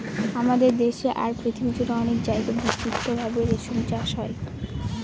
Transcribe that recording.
আমাদের দেশে আর পৃথিবী জুড়ে অনেক জায়গায় বিস্তৃত ভাবে রেশম চাষ হয়